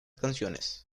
canciones